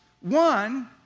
one